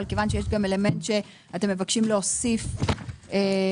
אבל כיוון שיש אלמנט שאתם מבקשים להוסיף כפי